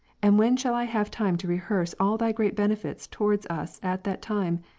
and when shall i have time to rehearse all thy great benefits towards us at that time,